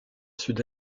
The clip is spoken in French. sud